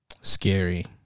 Scary